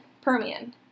Permian